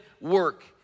work